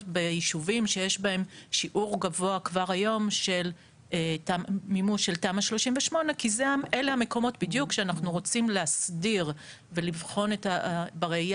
בישובים שיש בהם שיעור גבוה כבר היום של מימוש של תמ"א 38. כי אלה המקומות בדיוק שאנחנו רוצים להסדיר ולבחון בראייה